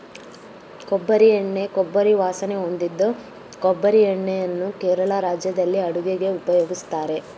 ಕೊಬ್ಬರಿ ಎಣ್ಣೆ ಕೊಬ್ಬರಿ ವಾಸನೆ ಹೊಂದಿದ್ದು ಕೊಬ್ಬರಿ ಎಣ್ಣೆಯನ್ನು ಕೇರಳ ರಾಜ್ಯದಲ್ಲಿ ಅಡುಗೆಗೆ ಉಪಯೋಗಿಸ್ತಾರೆ